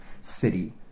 city